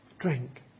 drink